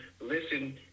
listen